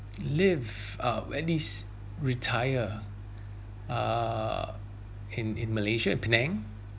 live uh when is retire uh in in malaysia penang